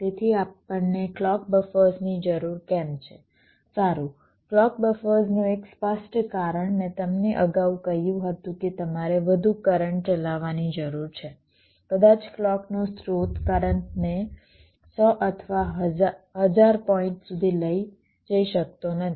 તેથી આપણને ક્લૉક બફર્સની જરૂર કેમ છે સારું ક્લૉક બફર્સનું એક સ્પષ્ટ કારણ મેં તમને અગાઉ કહ્યું હતું કે તમારે વધુ કરંટ ચલાવવાની જરૂર છે કદાચ ક્લૉકનો સ્ત્રોત કરંટને 100 અથવા 1000 પોઇન્ટ સુધી લઈ જઈ શકતો નથી